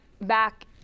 back